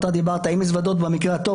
אתה דיברת על מזוודות במקרה הטוב,